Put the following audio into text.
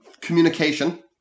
communication